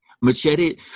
Machete